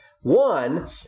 One